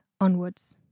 onwards